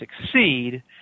succeed